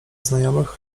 znajomych